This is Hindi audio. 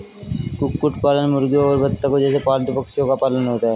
कुक्कुट पालन मुर्गियों और बत्तखों जैसे पालतू पक्षियों का पालन होता है